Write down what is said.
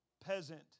peasant